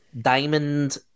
diamond